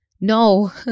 no